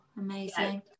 Amazing